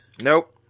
Nope